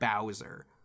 Bowser